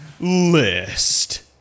list